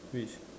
which